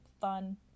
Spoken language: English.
fun